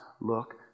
look